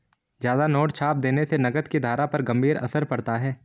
ज्यादा नोट छाप देने से नकद की धारा पर गंभीर असर पड़ता है